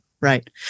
Right